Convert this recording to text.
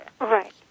right